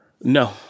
No